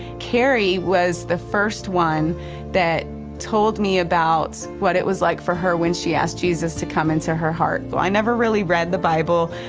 carrie was the first one that told me about what it was like for her when she asked jesus to come into her heart. i never really read the bible.